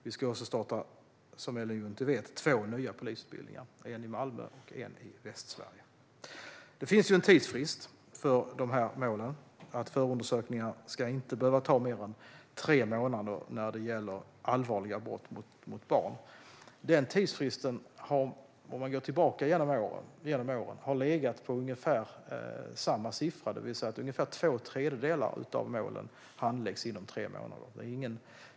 Som Ellen Juntti vet ska vi också starta två nya polisutbildningar: en i Malmö och en i Västsverige. Det finns en tidsfrist för dessa mål. Förundersökningar ska inte behöva ta mer än tre månader när det gäller allvarliga brott mot barn. Man kan titta på hur det har sett ut tillbaka i tiden. När det gäller den tidsfristen har det varit ungefär samma siffra: Ungefär två tredjedelar av målen handläggs inom tre månader.